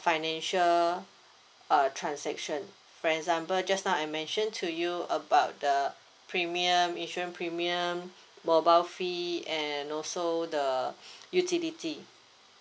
financial uh transaction for example just now I mention to you about the premium insurance premium mobile fee and also the utility